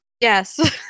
Yes